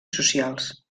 socials